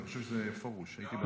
אני חושב שזה פרוש --- לא,